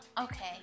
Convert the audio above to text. okay